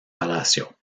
palacio